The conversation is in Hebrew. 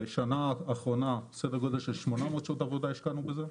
בשנה האחרונה סדר גודל של 800 שעות עבודה השקענו בזה.